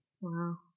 Wow